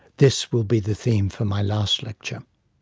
this will be the theme for my last lecture